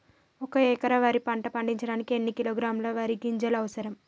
ఒక్క ఎకరా వరి పంట పండించడానికి ఎన్ని కిలోగ్రాముల వరి గింజలు అవసరం?